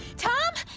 tom?